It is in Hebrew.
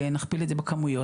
ונכפיל את זה בכמויות,